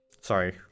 sorry